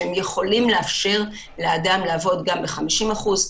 שהם יכולים לאפשר לאדם לעבוד גם ב-50% משרה,